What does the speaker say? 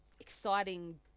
exciting